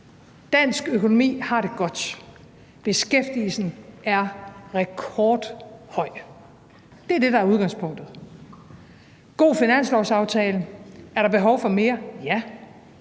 Dansk økonomi har det godt. Beskæftigelsen er rekordhøj. Det er det, der er udgangspunktet. Vi har fået en god finanslovsaftale. Er der behov for mere? Ja.